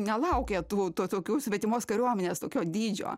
nelaukė tų to tokių svetimos kariuomenės tokio dydžio